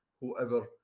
whoever